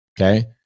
Okay